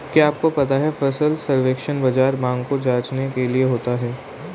क्या आपको पता है फसल सर्वेक्षण बाज़ार मांग को जांचने के लिए होता है?